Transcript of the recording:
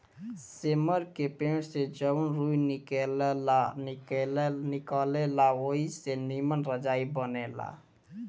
सेमर के पेड़ से जवन रूई निकलेला ओई से निमन रजाई बनेला